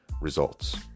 results